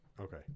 okay